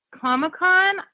comic-con